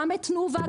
גם את תנובה,